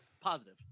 positive